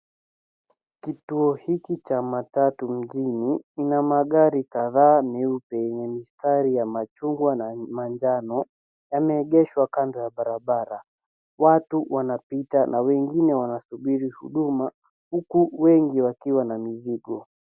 Kituo hiki cha matatu mjini kina magari kadhaa meupe yenye mistari ya machungwa na manjano yameegeshwa kando ya barabara. Watu wanapita na wengine wanasubiri huduma huku wengi wakiwa na mizigo.